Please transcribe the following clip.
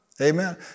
Amen